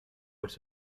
elles